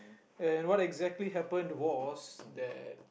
and what exactly happen was that